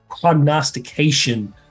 prognostication